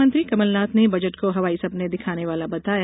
मुख्यमंत्री कमल नाथ ने बजट को हवाई सपने दिखाने वाला बताया